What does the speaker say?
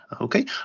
Okay